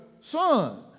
son